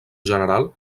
general